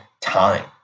time